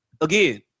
Again